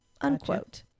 Unquote